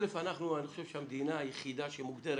א, אנחנו, אני חושב שהמדינה היחידה שמוגדרת